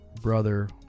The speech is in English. brother